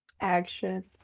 action